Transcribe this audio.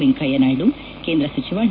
ವೆಂಕಯ್ಯ ನಾಯ್ದು ಕೇಂದ್ರ ಸಚಿವ ಡಿ